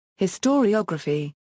Historiography